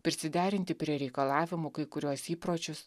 prisiderinti prie reikalavimų kai kuriuos įpročius